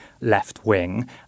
left-wing